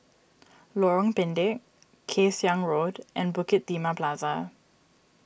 Lorong Pendek Kay Siang Road and Bukit Timah Plaza